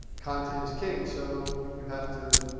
content is king. so, you have to,